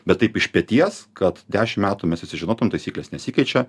bet taip iš peties kad dešim metų mes visi žinotum taisyklės nesikeičia